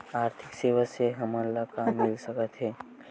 आर्थिक सेवाएं से हमन ला का मिल सकत हे?